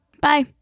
Bye